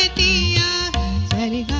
ah be any